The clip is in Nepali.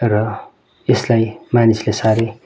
र यसलाई मानिसले साह्रै